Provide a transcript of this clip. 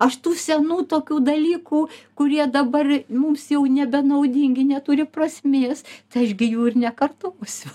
aš tų senų tokių dalykų kurie dabar mums jau nebenaudingi neturi prasmės tai aš gi jų ir nekartosiu